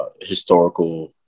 historical